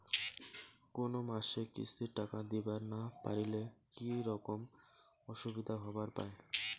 কোনো মাসে কিস্তির টাকা দিবার না পারিলে কি রকম অসুবিধা হবার পায়?